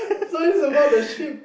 so this about the shit